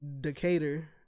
Decatur